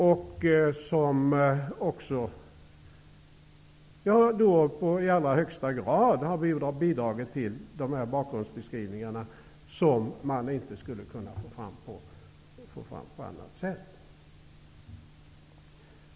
Kansliet har också i allra högsta grad bidragit till bakgrundsbeskrivningarna, vilka man inte skulle kunna få fram på annat sätt.